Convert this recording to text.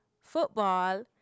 football